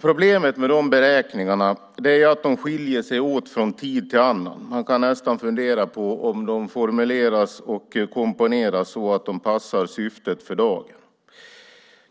Problemet med de beräkningarna är att de skiljer sig åt från tid till annan. Man kan nästan fundera på om de formuleras och komponeras så att de passar syftet för dagen.